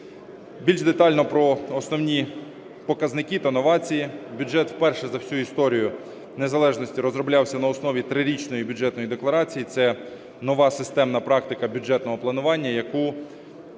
Більш детально про основні показники та новації. Бюджет вперше за всю історію незалежності розроблявся на основі трирічної Бюджетної декларації – це нова системна практика бюджетного планування, яку